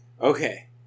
Okay